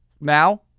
now